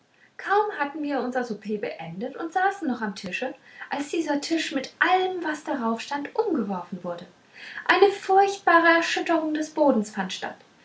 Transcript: kaum hatten wir unser souper beendet und saßen noch am tische als dieser tisch mit allem was drauf stand umgeworfen wurde eine furchtbare erschütterung des bodens fand statt